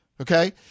okay